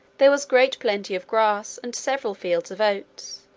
there was great plenty of grass, and several fields of oats.